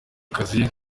akazi